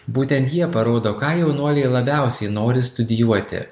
būtent jie parodo ką jaunuoliai labiausiai nori studijuoti